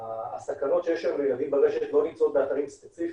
הסכנות שיש היום לילדים ברשת לא נמצאות באתרים ספציפיים,